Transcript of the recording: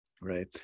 right